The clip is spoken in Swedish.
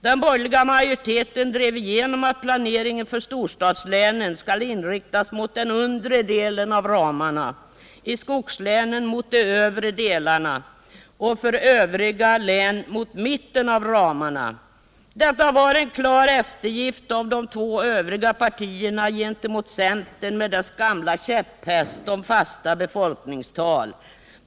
Den borgerliga majoriteten drev igenom att planeringen för storstadslänen skall inriktas mot den undre delen av ramarna, i skogslänen mot de övre delarna och för övriga län mot mitten av ramarna. Detta var en klar eftergift av de två övriga partierna gentemot centern och dess gamla käpphäst om fasta befolkningstal.